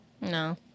No